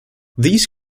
these